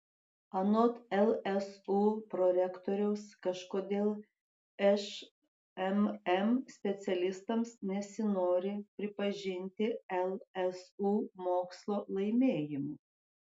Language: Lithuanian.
anot lsu prorektoriaus kažkodėl šmm specialistams nesinori pripažinti lsu mokslo laimėjimų